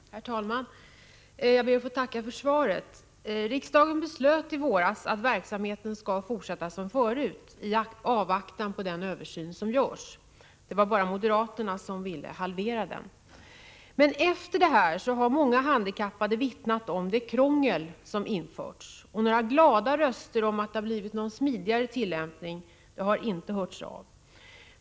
Herr talman! Jag ber att få tacka för svaret. Riksdagen beslöt i våras att verksamheten skall fortsätta som förut i avvaktan på den översyn som görs. Det var bara moderaterna som ville halvera den. Men efter detta har många handikappade vittnat om det krångel som införts. Några glada röster om att det har blivit en smidigare tillämpning har inte hörts av.